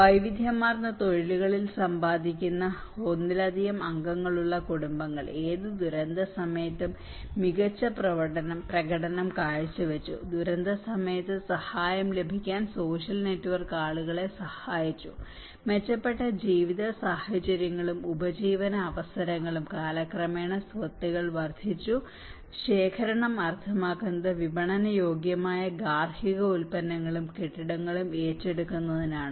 വൈവിധ്യമാർന്ന തൊഴിലുകളിൽ സമ്പാദിക്കുന്ന ഒന്നിലധികം അംഗങ്ങളുള്ള കുടുംബങ്ങൾ ഏത് ദുരന്തസമയത്തും മികച്ച പ്രകടനം കാഴ്ചവച്ചു ദുരന്തസമയത്ത് സഹായം ലഭിക്കാൻ സോഷ്യൽ നെറ്റ്വർക്ക് ആളുകളെ സഹായിച്ചു മെച്ചപ്പെട്ട ജീവിത സാഹചര്യങ്ങളും ഉപജീവന അവസരങ്ങളും കാലക്രമേണ സ്വത്തുക്കൾ വർധിച്ചു ശേഖരണം അർത്ഥമാക്കുന്നത് വിപണനയോഗ്യമായ ഗാർഹിക ഉൽപന്നങ്ങളും കെട്ടിടങ്ങളും ഏറ്റെടുക്കുന്നതിനാണ്